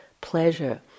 pleasure